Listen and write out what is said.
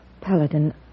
Paladin